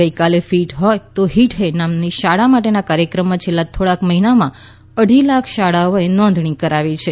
ગઈકાલે ફીટ હોય તો હીટ હૈ નામના શાળા માટેની કાર્યક્રમમાં છેલ્લા થોડાક મહિનામાં અઢી લાખ શાળાઓએ નોંધણી કરાવી છે